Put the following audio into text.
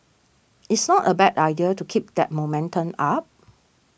it's not a bad idea to keep that momentum up